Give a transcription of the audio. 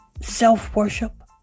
self-worship